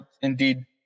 indeed